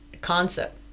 concept